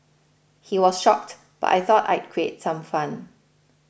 he was shocked but I thought I'd create some fun